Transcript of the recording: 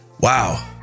Wow